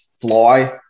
fly